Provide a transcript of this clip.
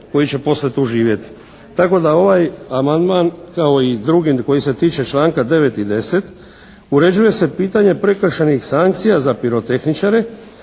koji će poslije tu živjeti. Tako da ovaj amandman kao i drugi koji se tiče članka 9. i 10. uređuje se pitanje prekršajnih sankcija za pirotehničare,